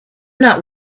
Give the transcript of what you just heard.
not